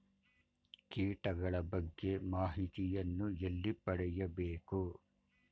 ಕೀಟಗಳ ಬಗ್ಗೆ ಮಾಹಿತಿಯನ್ನು ಎಲ್ಲಿ ಪಡೆಯಬೇಕು?